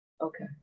Okay